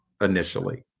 initially